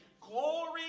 Glory